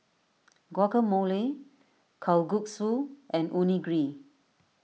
Guacamole Kalguksu and Onigiri